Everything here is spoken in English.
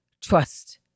trust